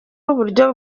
uburyo